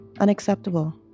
unacceptable